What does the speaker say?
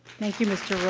thank you, mr.